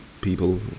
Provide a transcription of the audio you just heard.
people